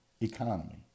economy